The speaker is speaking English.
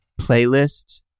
playlist